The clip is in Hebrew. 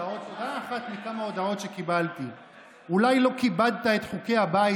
הודעה אחת מכמה הודעות שקיבלתי: אולי לא כיבדת את חוקי הבית,